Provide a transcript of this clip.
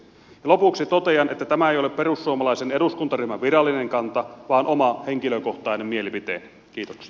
lopuksi totean että tämä ei ole perussuomalaisen eduskuntaryhmän virallinen kanta vaan oma henkilökohtainen mielipiteeni